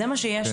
זה מה שיש לו.